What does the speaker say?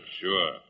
sure